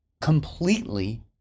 completely